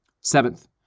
Seventh